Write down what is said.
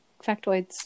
factoids